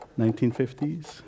1950s